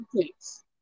thanks